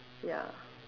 ya